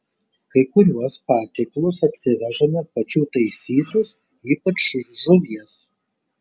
kai kuriuos patiekalus atsivežame pačių taisytus ypač žuvies